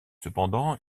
cependant